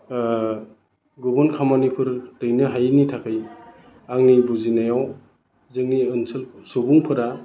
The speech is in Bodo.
गुबुन खामानिफोर दैनो हायैनो थाखै आंनि बुजिनायाव जोंनि ओनसोलनि सुबुंफोरा